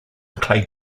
clay